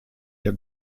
der